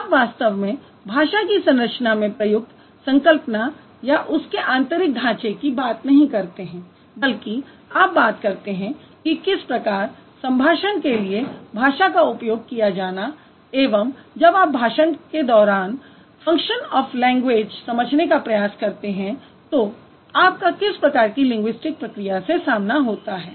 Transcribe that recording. आप वास्तव में भाषा की संरचना में प्रयुक्त संकल्पना या उसके आंतरिक ढांचे की बात नहीं करते हैं बल्कि आप बात करते हैं कि किस प्रकार संभाषण के लिए भाषा का उपयोग किया गया एवं जब आप संभाषण के दौरान फंक्शन ऑफ लैंग्वेज समझने का प्रयास करते हैं तो आपका किस प्रकार की लिंगुइस्टिक प्रक्रिया से सामना होता है